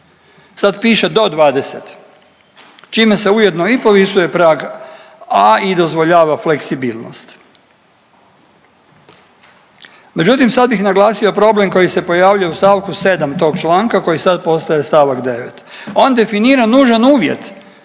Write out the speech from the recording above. sad piše do 20 čime se ujedno i povisuje prag a i dozvoljava fleksibilnost. Međutim, sad bih naglasio problem koji se pojavljuje u stavku 7. tog članka koji sad postaje stavak 9. On definira nužan uvjet